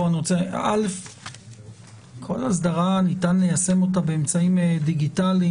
כל אסדרה ניתן ליישם באמצעים דיגיטליים.